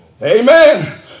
Amen